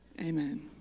Amen